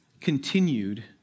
continued